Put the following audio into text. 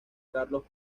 carlos